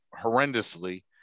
horrendously